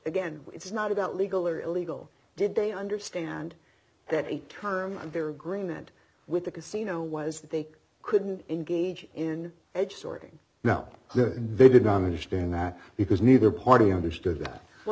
again it's not about legal or illegal did they understand that a term of their agreement with the casino was that they couldn't engage in edge sword now they didn't understand that because neither party understood that well